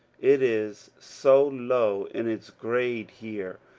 it is so low in its grade here,